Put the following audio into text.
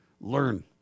learn